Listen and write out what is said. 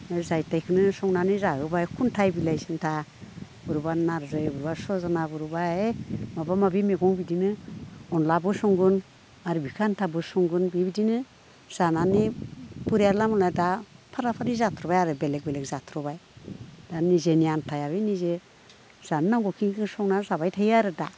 ओइ जाय थायखोनो संनानै जाहोबाय खुन्थाइ बिलाइसिन्था बोरैबा नारजि बोरैबा सजना बोरैबा ओइ माबा माबि मैगं बिदिनो अनद्लाबो संगोन आरो बिखो आन्थाबो संगोन बिदिनो जानानै परियाला माने दा फारा फारि जाथारबाय आरो बेलेक बेलेक जाथ्र'बाय दा निजेनि आन्थाया बि निजै जानो नांगौखिनिखो संना जाबाय थायो आरो दा